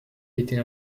été